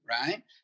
Right